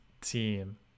team